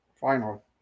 Final